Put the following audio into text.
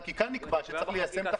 בחקיקה נקבע שצריך ליישם את החוק.